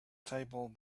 table